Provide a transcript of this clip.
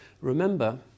remember